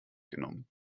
genommen